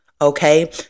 okay